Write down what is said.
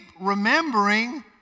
remembering